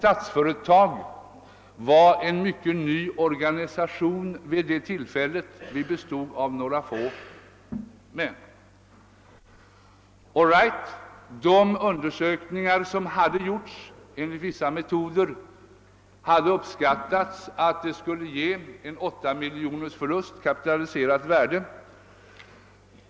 Statsföretag var vid det tillfället en mycket ny organisation — vi bestod av några få män. Enligt de undersökningar som hade gjorts uppskattades det att verksamheten skulle ge en förlust på åtta miljoner i kapitaliserat värde.